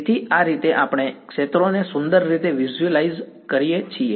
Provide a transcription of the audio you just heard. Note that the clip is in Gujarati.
તેથી આ રીતે આપણે ક્ષેત્રોને સુંદર રીતે વિઝ્યુઅલાઈઝ કરીએ છીએ